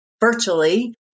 virtually